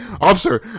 Officer